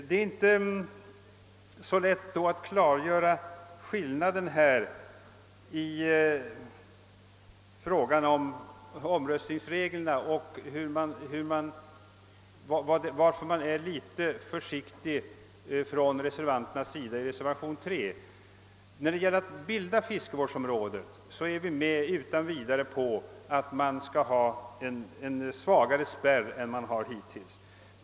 Det är då inte så lätt att klargöra skillnaden i fråga om omröstningsreglerna och varför de som har avgivit reservationen III är litet försiktiga. När det gäller att bilda ett fiskevårdsområde är vi utan vidare med på att det bör finnas en svagare spärr än hittills.